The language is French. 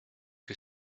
que